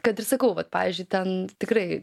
kad ir sakau vat pavyzdžiui ten tikrai